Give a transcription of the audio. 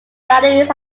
batteries